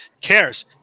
cares